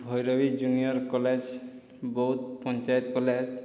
Bhairavi junior college Baudh panchayat college